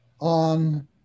On